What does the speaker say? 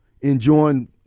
enjoying